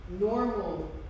normal